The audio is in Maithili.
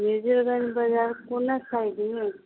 मेजरगञ्ज बाजार कोना साइडमे